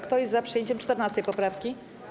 Kto jest za przyjęciem 14. poprawki?